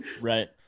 Right